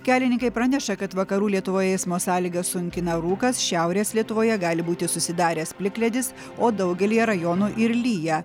kelininkai praneša kad vakarų lietuvoje eismo sąlygas sunkina rūkas šiaurės lietuvoje gali būti susidaręs plikledis o daugelyje rajonų ir lyja